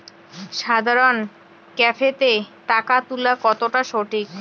সাধারণ ক্যাফেতে টাকা তুলা কতটা সঠিক?